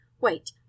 Wait